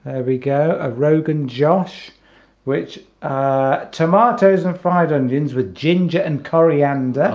and we go a rogan josh which tomatoes and fried onions with ginger and coriander